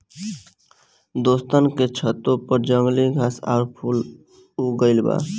दोस्तन के छतों पर जंगली घास आउर फूल उग गइल बा